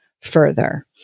further